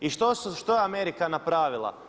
I što je Amerika napravila?